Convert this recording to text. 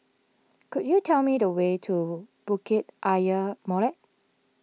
could you tell me the way to Bukit Ayer Molek